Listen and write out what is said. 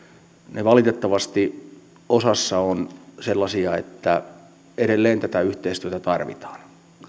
ne valitettavasti osassa ovat sellaisia että edelleen tätä yhteistyötä tarvitaan